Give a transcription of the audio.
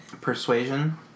persuasion